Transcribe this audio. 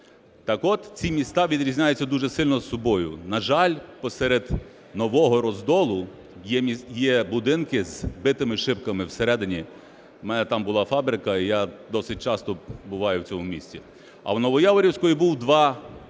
Так от, ці міста відрізняються дуже сильно собою. На жаль, посеред Нового Роздолу є будинки з битими шибками всередині, в мене там була фабрика і я досить часто буваю в цьому місті. А в Новояворівську я був два тижні